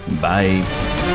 Bye